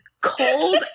Cold